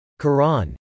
Quran